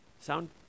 Sound